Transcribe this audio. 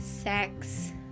sex